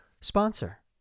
sponsor